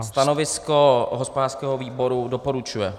Stanovisko hospodářského výboru doporučuje.